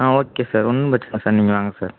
ஆ okay sir ஒன்றும் பிரச்சின இல்லை சார் நீங்கள் வாங்க சார்